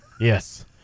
Yes